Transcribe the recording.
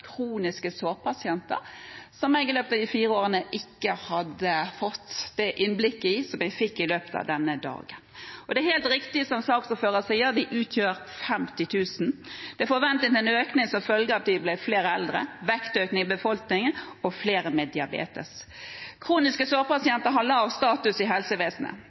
kroniske sårpasienter – som jeg i løpet av disse fire årene ikke hadde fått det innblikket i som jeg fikk i løpet av denne dagen. Det er helt riktig som saksordføreren sa, de utgjør 50 000. Det forventes en økning som følge av at vi blir flere eldre, vektøkning i befolkningen og flere med diabetes. Kroniske sårpasienter har lav status i helsevesenet.